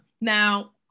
Now